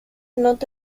not